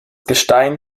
gestein